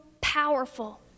powerful